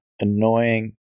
annoying